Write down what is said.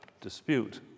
dispute